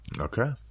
Okay